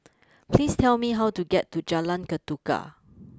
please tell me how to get to Jalan Ketuka